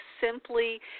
simply